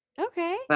Okay